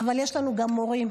אבל יש לנו גם מורים,